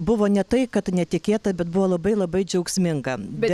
buvo ne tai kad netikėta bet buvo labai labai džiaugsminga